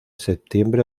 septiembre